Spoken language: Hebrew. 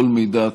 כל מידע,